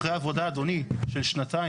ואחרי עבודה אדוני של שנתיים.